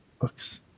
books